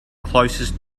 closest